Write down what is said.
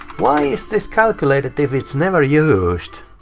why is this calculated if it's never used?